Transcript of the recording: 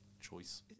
choice